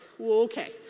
okay